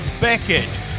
Beckett